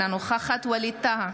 אינה נוכחת ווליד טאהא,